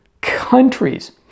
countries